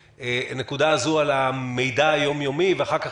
הנקודה הזאת על המידע היומיומי ואחר כך,